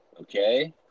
Okay